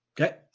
okay